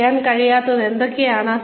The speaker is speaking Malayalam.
നിങ്ങൾക്ക് ചെയ്യാൻ കഴിയാത്തതെന്തൊക്കെയാണ്